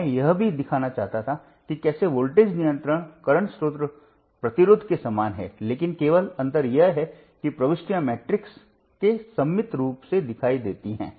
मैं यह भी दिखाना चाहता था कि कैसे वोल्टेज नियंत्रित वर्तमान स्रोत रोकनेवाला के समान है लेकिन केवल अंतर यह है कि प्रविष्टियां मैट्रिक्स में सममित रूप से दिखाई देती हैं